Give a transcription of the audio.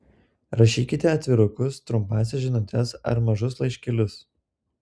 rašykite atvirukus trumpąsias žinutes ar mažus laiškelius